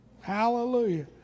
hallelujah